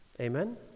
Amen